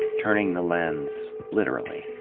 turning the lens, literally.